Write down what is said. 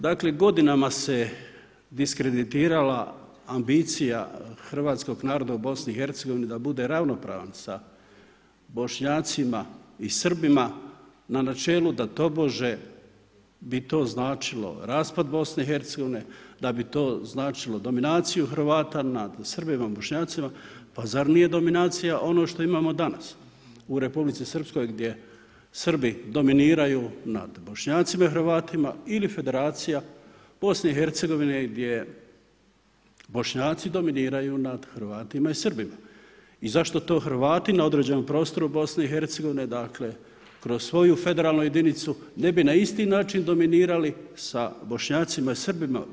Dakle godinama se diskreditirala ambicija hrvatskog naroda u BiH da bude ravnopravan sa Bošnjacima i Srbima na načelu da tobože bi to značilo raspad BiH, da bi to značilo dominaciju Hrvata nad Srbima, Bošnjacima, pa zar nije dominacija ono što imamo danas u Republici Srpskoj gdje Srbi dominiraju nad Bošnjacima i Hrvatima ili federacija BiH gdje Bošnjaci dominiraju nad Hrvatima i Srbima i zašto to Hrvati na određenom prostoru BiH, dakle kroz svoju federalnu jedinicu ne bi na isti način dominirali sa Bošnjacima i Srbima?